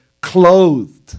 clothed